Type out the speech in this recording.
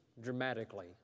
dramatically